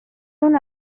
اون